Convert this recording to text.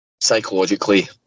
Psychologically